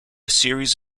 series